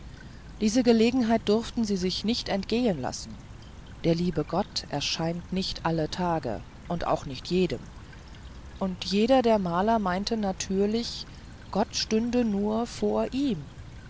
diese gelegenheit durften sie sich nicht entgehen lassen der liebe gott erscheint nicht alle tage und auch nicht jedem und jeder der maler meinte natürlich gott stünde nur vor ihm